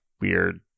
weird